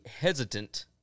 hesitant